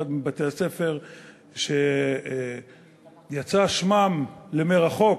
לידנו הוא אחד מבתי-הספר שיצא שמם למרחוק.